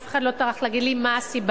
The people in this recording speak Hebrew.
אף אחד לא טרח להגיד לי מה הסיבה.